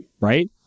right